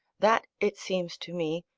that it seems to me,